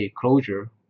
closure